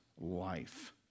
life